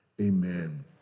Amen